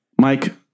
Mike